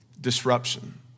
Disruption